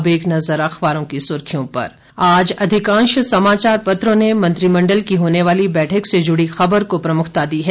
अब एक नजर अखबारों की सुर्खियों पर आज अधिकांश समाचार पत्रों ने मंत्रिमण्डल की होने वाली बैठक से जुड़ी खबर को प्रमुखता दी है